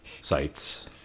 sites